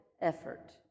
effort